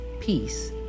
peace